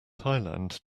thailand